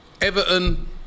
Everton